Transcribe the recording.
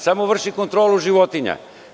Samo vrši kontrolu životinja.